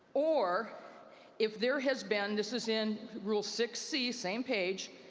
or if there has been this is in rule six c, same page,